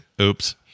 Oops